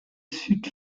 sud